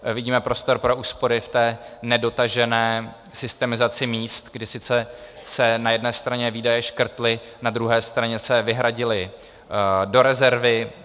Vidíme prostor pro úspory v té nedotažené systemizaci míst, kdy sice se na jedné straně výdaje škrtly, na druhé straně se vyhradily do rezervy.